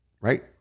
right